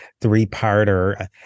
three-parter